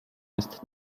jest